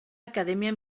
academia